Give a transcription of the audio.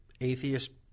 atheist